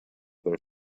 their